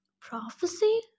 prophecy